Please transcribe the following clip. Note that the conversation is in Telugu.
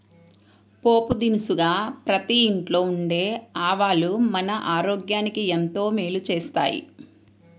పోపు దినుసుగా ప్రతి ఇంట్లో ఉండే ఆవాలు మన ఆరోగ్యానికి ఎంతో మేలు చేస్తాయి